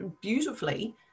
beautifully